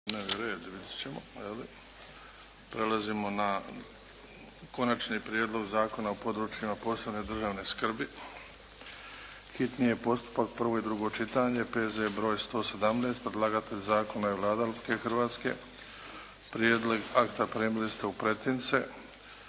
Prelazimo na: - Konačni prijedlog Zakona o područjima posebne državne skrbi, hitni postupak, prvo i drugo čitanje, P.Z.E. br. 117; Predlagatelj zakona je Vlada Republike Hrvatske. Prijedlog akta primili ste u pretince.